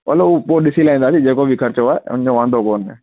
हलो हू पोइ ॾिसी लाहींदासीं जेको बि ख़र्चो आहे हुनजो वांदो कोने